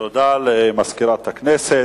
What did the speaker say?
תודה למזכירת הכנסת.